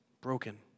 broken